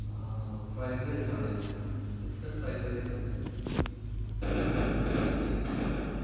ആ ഫ്രൈഡ് റൈസാണ് mixed fried റൈസും ഒരു ചില്ലി ചിക്കനും